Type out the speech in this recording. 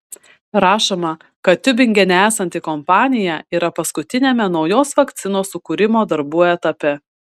rašoma kad tiubingene esanti kompanija yra paskutiniame naujos vakcinos sukūrimo darbų etape